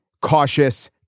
cautious